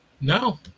no